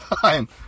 time